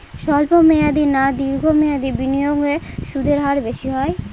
স্বল্প মেয়াদী না দীর্ঘ মেয়াদী বিনিয়োগে সুদের হার বেশী?